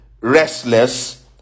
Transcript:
restless